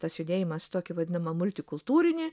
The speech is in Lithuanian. tas judėjimas į tokį vadinamą multikultūrinį